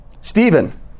Stephen